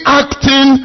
acting